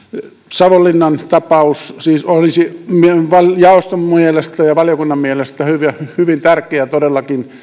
savonlinnan tapaus olisi siis jaoston ja valiokunnan mielestä hyvin tärkeä todellakin